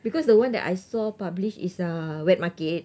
because the one that I saw published is a wet market